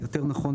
יותר נכון,